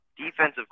defensive